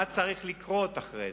מה צריך לקרות אחרי אתמול,